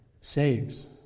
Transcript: saves